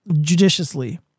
Judiciously